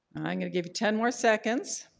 i'm going to give you ten more seconds.